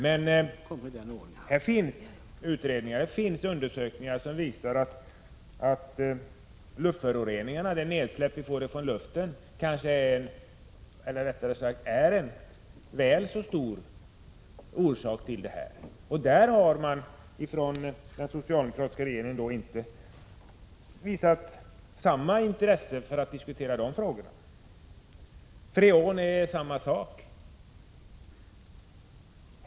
Det finns emellertid utredningar och undersökningar som visar att luftföroreningarna —- det nedfall vi får från luften — är en väl så betydande orsak till havsföroreningarna som läckage av kväve. Den socialdemokratiska regeringen har emellertid inte visat särskilt stort intresse för att diskutera detta problem. Detsamma gäller freon.